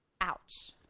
Ouch